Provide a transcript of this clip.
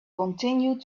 continued